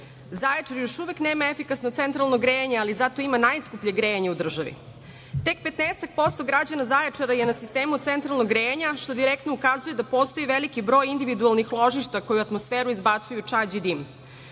Zaječar još uvek nema efikasno centralno grejanje ali zato ima najskuplje grejanje u državi. Tek 15% građana Zaječara je na sistemu centralnog grejanja što direktno ukazuje da postoji veliki broj individualnih ložišta koji u atmosferu izbacuju čađ i